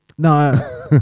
No